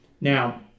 Now